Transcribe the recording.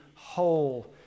whole